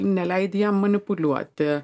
neleidi jam manipuliuoti